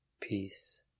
peace